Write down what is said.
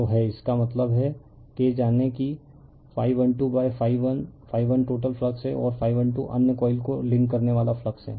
तो है इसका मतलब है K जानें कि ∅1 2∅1∅1 टोटल फ्लक्स है और ∅1 2 अन्य कॉइल को लिंक करने वाला फ्लक्स है